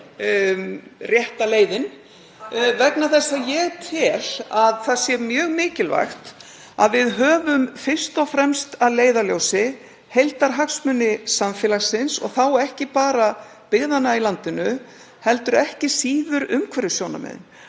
rétta leiðin. (Gripið fram í.) Ég tel að það sé mjög mikilvægt að við höfum fyrst og fremst að leiðarljósi heildarhagsmuni samfélagsins, og þá ekki bara byggðanna í landinu heldur ekki síður umhverfissjónarmiðin.